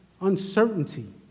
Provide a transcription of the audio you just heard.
uncertainty